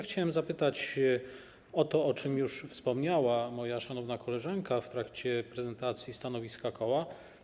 Chciałbym zapytać o to, o czym już wspomniała moja szanowna koleżanka w trakcie prezentacji stanowiska koła.